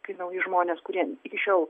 kai nauji žmonės kurie iki šiol